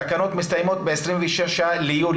התקנות מסתיימות ב-26 ביולי,